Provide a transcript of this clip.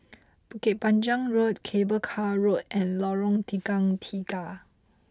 Bukit Panjang Road Cable Car Road and Lorong Tukang Tiga